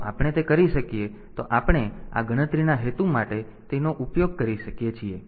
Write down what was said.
તેથી જો આપણે તે કરી શકીએ તો આપણે આ ગણતરીના હેતુ માટે તેનો ઉપયોગ કરી શકીએ છીએ